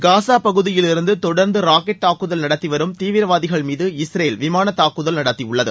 காசா பகுதியில் இருந்து தொடர்ந்து ராக்கெட் தாக்குதல் நடத்திவரும் தீவிரவாதிகள் மீது இஸ்ரேல் விமான தாக்குதல் நடத்தியுள்ளது